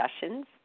discussions